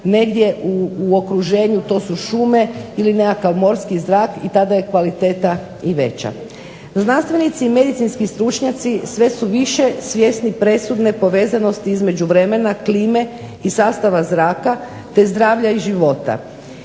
negdje u okruženju, to su šume ili nekakav morski zrak tada je kvaliteta veća. Znanstvenici i medicinski stručnjaci sve su više svjesni presudne povezanosti između vremena, klime i sastava zraka, te zdravlja i života.